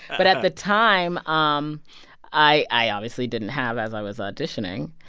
but at the time, um i i obviously didn't have, as i was auditioning.